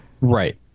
Right